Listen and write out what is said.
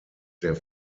der